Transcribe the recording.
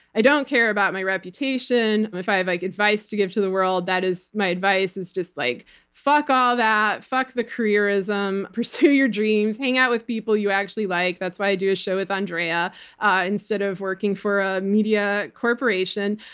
i don't care about my reputation. if i have like advice to give to the world, that is my advice, is just like fuck all that. fuck the careerism, pursue your dreams, hang out with people you actually like, that's why i do a show with andrea instead of working for a media corporation.